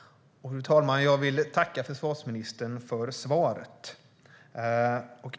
Fru talman! Jag vill tacka försvarsministern för svaret.